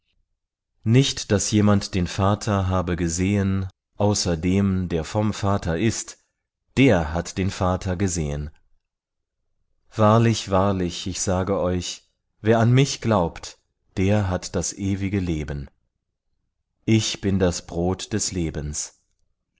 nicht daß jemand den vater habe gesehen außer dem der vom vater ist der hat den vater gesehen wahrlich wahrlich ich sage euch wer an mich glaubt der hat das ewige leben ich bin das brot des lebens